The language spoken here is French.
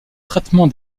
traitement